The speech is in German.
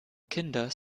kinder